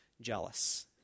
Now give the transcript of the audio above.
jealous